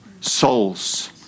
souls